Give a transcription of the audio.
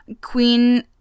Queen